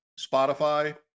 Spotify